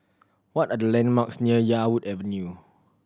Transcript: what are the landmarks near Yarwood Avenue